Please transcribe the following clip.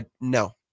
no